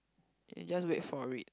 then you just wait for it